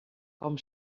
com